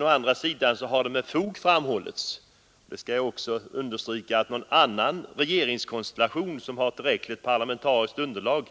Å andra sidan har det med fog framhållits — det vill jag också understryka — att någon annan regeringskonstellation som har tillräckligt parlamentariskt underlag